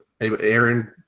aaron